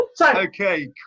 Okay